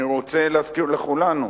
אני רוצה להזכיר לכולנו